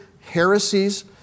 heresies